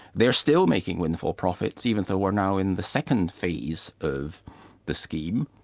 they're still making windfall profits, even though we're now in the second phase of the scheme.